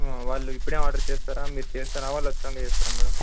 వాళ్ళు ఇప్పుడే ఆర్డర్ చేస్తారా మీరు చేస్తారా వాళ్ళు వచ్చినాకా చేస్తారా మ్యాడమ్